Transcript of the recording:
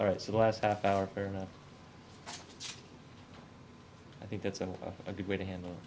all right so the last half hour fair enough i think that's a good way to handle